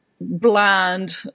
bland